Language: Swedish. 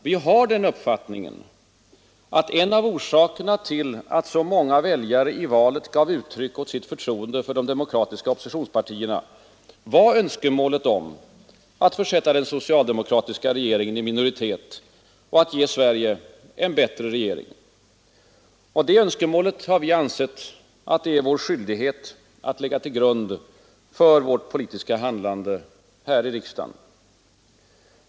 Vi har den uppfattningen att en av orsakerna till att så många väljare i valet gav uttryck åt sitt förtroende för de demokratiska oppositionspartierna var önskemålet att försätta den socialdemokratiska regeringen i minoritet och att ge Sverige en bättre regering. Detta önskemål har vi ansett det vara vår skyldighet att lägga till grund för vårt politiska handlande här i riksdagen.